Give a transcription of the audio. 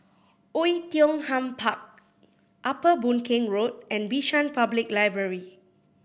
Oei Tiong Ham Park Upper Boon Keng Road and Bishan Public Library